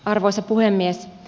arvoisa puhemies